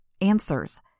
Answers